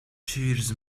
cheers